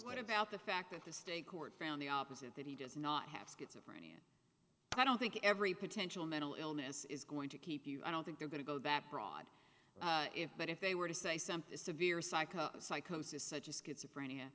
what about the fact that the state court found the opposite that he does not have schizophrenia i don't think every potential mental illness is going to keep you i don't think they're going to go that broad if but if they were to say something severe psycho psychosis such as schizophrenia